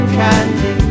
candy